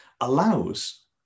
allows